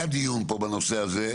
היה דיון פה בנושא הזה,